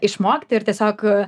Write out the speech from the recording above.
išmokti ir tiesiog